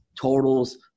totals